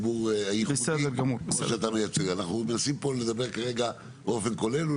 אנחנו מנסים פה לדבר כרגע באופן כולל,